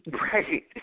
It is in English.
Right